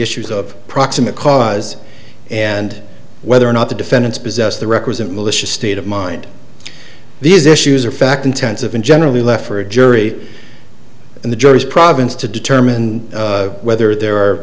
issues of proximate cause and whether or not the defendants possessed the requisite malicious state of mind these issues are fact intensive and generally left for a jury and the jury's province to determine whether there are